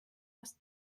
aus